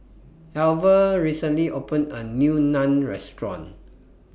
Alver recently opened A New Naan Restaurant